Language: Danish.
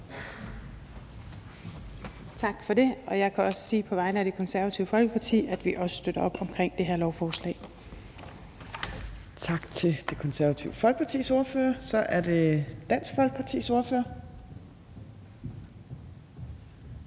Tak for det. Jeg kan sige på vegne af Det Konservative Folkeparti, at vi også støtter op omkring det her lovforslag. Kl. 14:57 Tredje næstformand (Trine Torp): Tak til Det Konservative Folkepartis ordfører. Så er det Dansk Folkepartis ordfører.